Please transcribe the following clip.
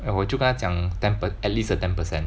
then 我就跟他讲 ten per~ at least a ten percent